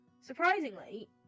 Surprisingly